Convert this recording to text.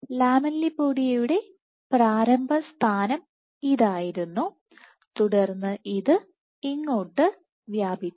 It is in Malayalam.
ലാമെല്ലിപോഡിയയുടെ പ്രാരംഭ സ്ഥാനം ഇതായിരുന്നുതുടർന്ന് അത് ഇങ്ങോട്ട് വ്യാപിച്ചു